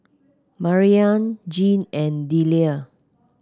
Mariyah Jeane and Delia